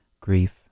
grief